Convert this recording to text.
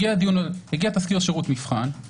הגיע תזכיר שירות מבחן,